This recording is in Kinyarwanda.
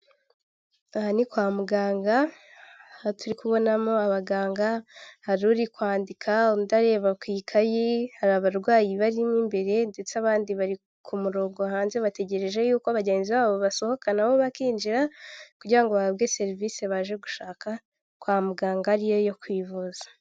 Aha ni kwa muganga ha turi kubonamo abaganga hariri kwandika unda areba ku ikayi hari abarwayi barimo imbere ndetse abandi bari kumurongo hanze bategereje yuko bagenzi babo basohoka nabo bakinjira kugira ngo bahabwe serivisi baje gushaka kwa muganga ariyo yo kwivuza.